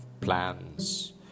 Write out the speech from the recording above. plans